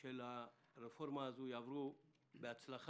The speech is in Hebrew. של הרפורמה הזו יעברו בהצלחה.